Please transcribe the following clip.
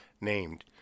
named